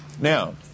Now